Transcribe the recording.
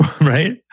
right